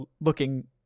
looking